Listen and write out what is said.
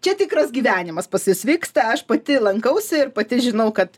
čia tikras gyvenimas pas jus vyksta aš pati lankausi ir pati žinau kad